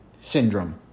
syndrome